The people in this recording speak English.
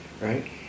right